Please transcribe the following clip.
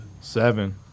Seven